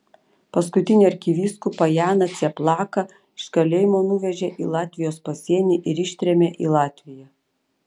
paskutinį arkivyskupą janą cieplaką iš kalėjimo nuvežė į latvijos pasienį ir ištrėmė į latviją